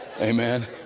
Amen